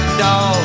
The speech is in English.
dog